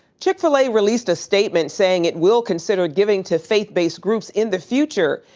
chick-fil-a released a statement saying it will consider giving to faith-based groups in the future.